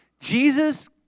Jesus